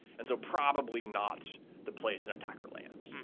and so probably not the place that attacker lands.